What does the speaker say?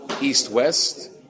East-West